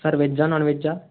sir వేజ్జా నాన్వెజ్జా